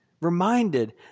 reminded